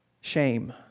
Shame